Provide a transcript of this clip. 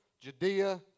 Judea